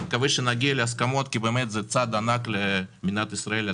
נקווה שנגיע להסכמות כי באמת זה צעד ענק למדינת ישראל.